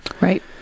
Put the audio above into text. right